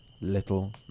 little